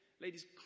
ladies